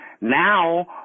Now